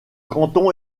canton